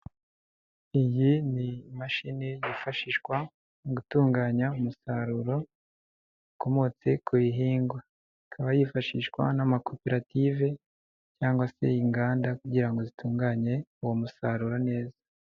Iyi ni imashini yifashishwa mu gutunganya umusaruro, ukomotse ku ihingwa. Ikaba yifashishwa n'amakoperative cyangwa se inganda kugira ngo zitunganye uwo musaruro neza.